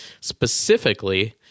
specifically